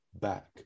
back